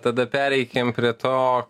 tada pereikim prie to